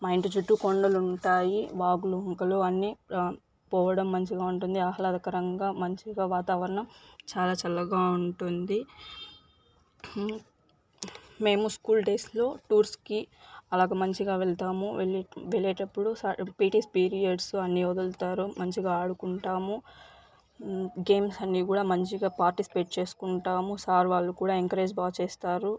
మా ఇంటి చుట్టూ కొండలు ఉంటాయి వాగులు వంకలు అన్ని పోవడం మంచిగా ఉంటుంది ఆహ్లాదకరంగా మంచిగా వాతావరణం చాలా చల్లగా ఉంటుంది మేము స్కూల్ డేస్లో టూర్స్కి అలా ఒక మంచిగా వెళ్తాము వెళ్ళే వెళ్ళేటప్పుడు పిటి పీరియడ్స్ అని వదులుతారు మంచిగా ఆడుకుంటాము గేమ్స్ అన్ని కూడా మంచిగా పాటిస్పేట్ చేసుకుంటాము సార్ వాళ్ళు కూడా ఎంకరేజ్ బాగా చేస్తారు